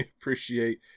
appreciate